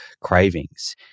cravings